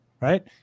Right